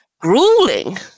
grueling